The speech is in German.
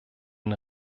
den